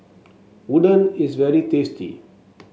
Udon is very tasty